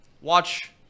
watch